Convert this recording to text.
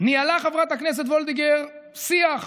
ניהלה חברת הכנסת וולדיגר שיח